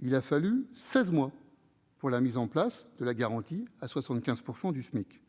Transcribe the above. il a fallu seize mois pour la mise en place de la garantie à 75 % du SMIC.